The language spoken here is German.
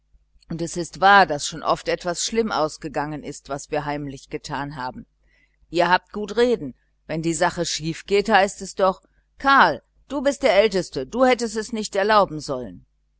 und es ist wahr daß schon oft etwas schlimm ausgegangen ist was wir heimlich getan haben ihr habt gut reden wenn die sache schief geht heißt es doch karl du bist der älteste du hättest es nicht erlauben sollen